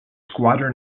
squadron